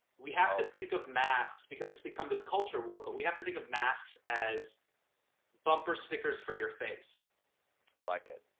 we have to think of masks because it's become this culture war. but we have to think of masks as bumper stickers for your face. stephen i like it.